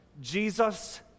Jesus